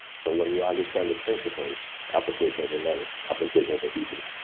so when you understand the principles, applications are many. applications are easy.